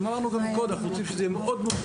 אמרנו גם קודם שאנחנו רוצים שזה יהיה מסודר.